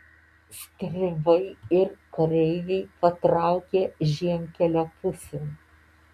stribai ir kareiviai patraukė žiemkelio pusėn